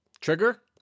trigger